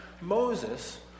Moses